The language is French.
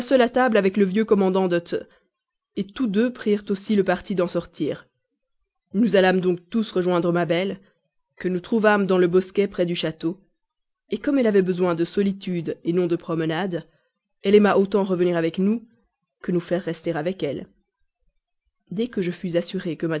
à table avec le vieux commandeur de t tous deux prirent aussi le parti d'en sortir nous allâmes donc tous rejoindre ma belle que nous trouvâmes dans le bosquet près du château comme elle avait besoin de solitude non de promenade elle aima autant revenir avec nous que nous faire rester avec elle dès que je fus assuré que